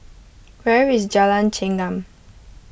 where is Jalan Chengam